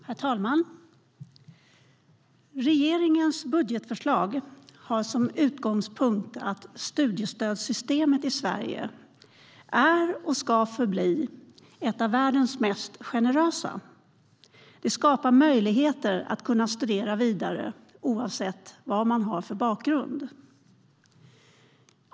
Herr talman! Regeringens budgetförslag har som utgångspunkt att studiestödssystemet i Sverige är och ska förbli ett av världens mest generösa. Det skapar möjligheter att studera vidare oavsett vad man har för bakgrund.